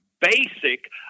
basic